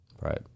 Right